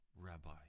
rabbi